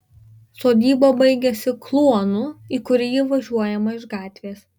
sodyba baigiasi kluonu į kurį įvažiuojama iš gatvės